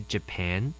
Japan